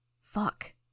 Fuck